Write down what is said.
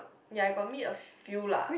ya I got meet a few lah